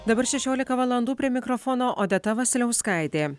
dabar šešiolika valandų prie mikrofono odeta vasiliauskaitė